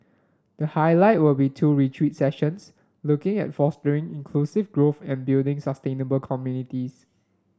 the highlight will be two retreat sessions looking at fostering inclusive growth and building sustainable communities